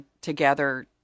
together